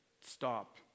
Stop